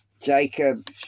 Jacob